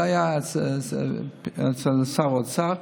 זה היה אצל שר האוצר.